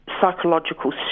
psychological